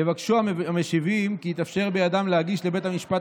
יבקשו המשיבים כי יתאפשר בידם להגיש לבית המשפט